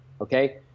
Okay